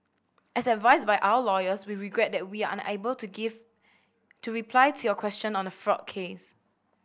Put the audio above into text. as advised by our lawyers we regret that we are unable to give to reply to your question on the fraud case